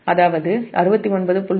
அதாவது 69